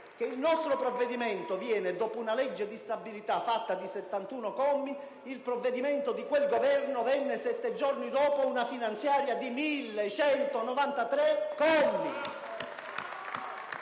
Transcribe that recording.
che il nostro provvedimento viene dopo una legge di stabilità fatta di 71 commi, mentre il provvedimento di quel Governo venne sette giorni dopo una finanziaria di 1.193 commi.